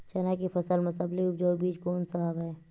चना के फसल म सबले उपजाऊ बीज कोन स हवय?